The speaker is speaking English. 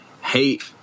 hate